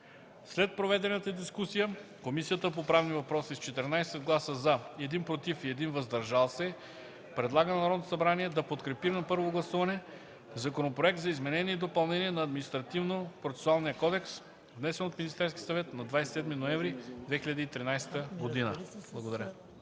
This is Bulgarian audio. След проведената дискусия Комисията по правни въпроси с 14 гласа „за”, 1 „против” и 1 „въздържал се”, предлага на Народното събрание да подкрепи на първо гласуване Законопроекта за изменение и допълнение на Административнопроцесуалния кодекс, внесен от Министерския съвет на 27 ноември 2013 г.”